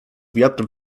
wiatr